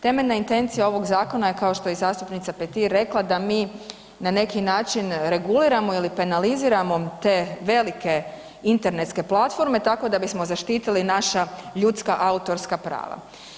Temeljna intencija ovog zakona je kao što je i zastupnica Petir rekla da mi na neki način reguliramo ili penaliziramo te velike internetske platforme tako da bismo zaštitili naša ljudska autorska prava.